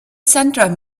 center